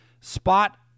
spot